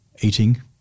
eating